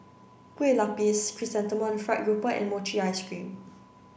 Kueh Lapis Chrysanthemum fried grouper and mochi ice cream